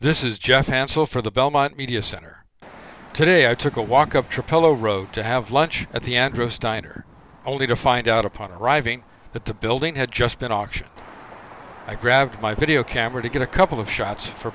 this is just hassle for the belmont media center today i took a walk up to polo row to have lunch at the address diner only to find out upon arriving that the building had just been auctioned i grabbed my video camera to get a couple of shots for